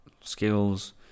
skills